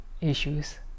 issues